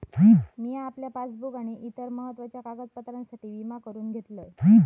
मिया आपल्या पासबुक आणि इतर महत्त्वाच्या कागदपत्रांसाठी विमा करून घेतलंय